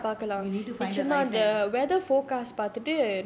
so we need to like we need to find the right time